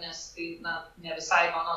nes tai na ne visai mano